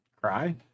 Cry